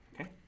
okay